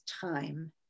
time